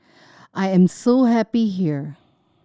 I am so happy here